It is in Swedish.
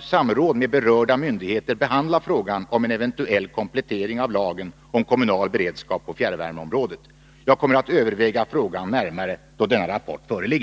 samråd med berörda myndigheter behandla frågan om en eventuell komplettering av lagen om kommunal beredskap på fjärrvärmeområdet. Jag kommer att överväga frågan närmare då denna rapport föreligger.